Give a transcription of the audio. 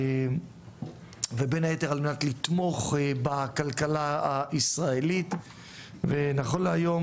ובין היתר על מנת לתמוך בכלכלה הישראלית ונכון להיום